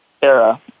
Era